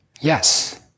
yes